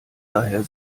daher